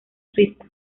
suiza